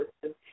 person